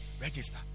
register